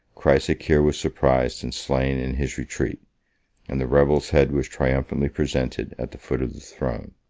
chrysocheir was surprised and slain in his retreat and the rebel's head was triumphantly presented at the foot of the throne.